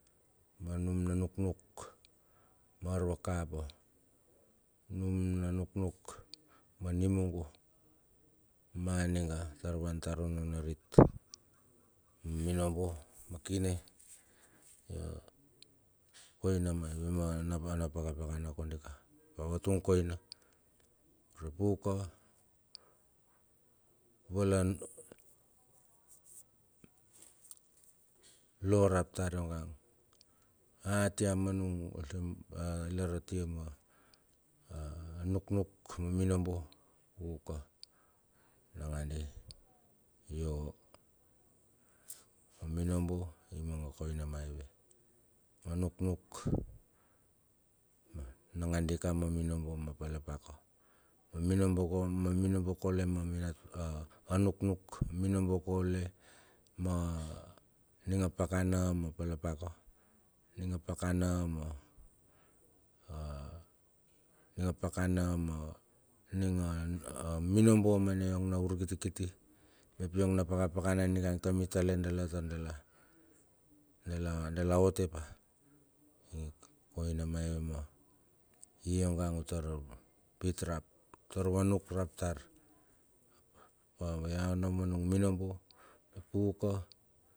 Manum na nuknuk, ma arvakapa, num na nuknuk, ma nimugo, ma niga tar vantar onno narit. Minobo ma kine yo koina maive me na pakapakana kondika ap a vatung koina urep uka, vala lorap tar yongan a tia ma namum atum a lar atia ma anuknuk ma nimobo uka nangandi. Yo minobo imanga koina maive, ma nuknuk nagandi ka ma minombo ma palapaka, minobo, minobo kaule ma minombo kaule ma mina, ma nuknuk minobo kaule ma ning a pakana ma pala paka aninga pakana ma, aning a pakana ma aning a a minobo me na yong na urkitikiti mep yong na pakapakana ningang tam i tale dala tar dala, dala otte pa koina maive me iyongan, utar pit rap utar vanuk rap tar ia onno ma nung minombo uka.